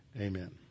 amen